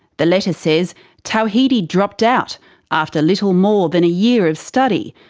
the letter says tawhidi dropped out after little more than a year of study,